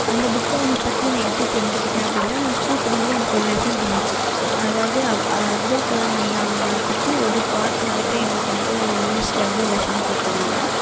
அந்த புக்கை வந் பற்றி நான் எப்படி தெரிஞ்சிக்கிட்டேன் அப்படின்னா நான் ஸ்கூல் படிக்கும் போது எனக்கு ஒரு லெசன்ருந்துச்சு அதாவது அப்துல்கலாம் ஐயா அவங்களை பற்றி ஒரு பாட்டு வந்துட்டு எங்களுக்கு வந்து இங்லீஷில் வந்து ஒரு லெசனாக கொடுத்துருந்தாங்க